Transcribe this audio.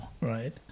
right